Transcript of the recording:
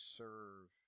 serve